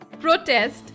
protest